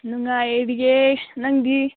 ꯅꯨꯡꯉꯥꯏꯔꯤꯑꯦ ꯅꯪꯗꯤ